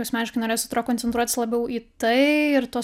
asmeniškai norėjosi atro koncentruotis labiau į tai ir tuos